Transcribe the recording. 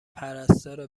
پرستاره